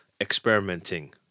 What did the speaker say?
experimenting